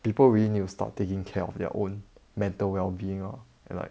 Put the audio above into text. people really need to start taking care of their own mental well being ah and like